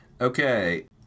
okay